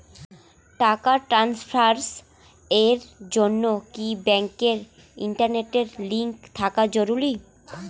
টাকা ট্রানস্ফারস এর জন্য কি ব্যাংকে ইন্টারনেট লিংঙ্ক থাকা জরুরি?